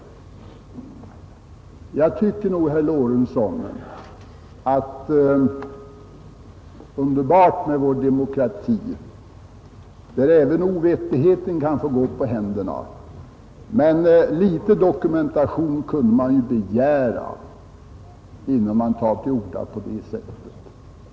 Jag tycker nog, herr Lorentzon, att det är underbart med vår demokrati, där även ovettigheten kan få gå på händerna, men litet dokumentation kunde man begära innan någon tar till orda på det sättet.